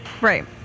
Right